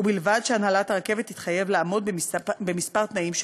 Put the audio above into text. ובלבד שהנהלת הרכבת תתחייב לעמוד בכמה תנאים שפורטו.